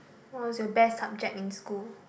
what was your best subject in school